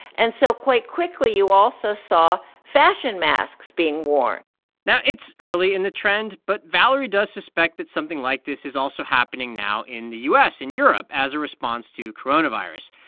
and so quite quickly, you also saw fashion masks being worn now, it's early in the trend, but valerie does suspect that something like this is also happening now in the u s. and europe as a response to coronavirus.